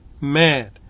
mad